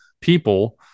people